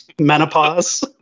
Menopause